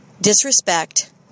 disrespect